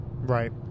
Right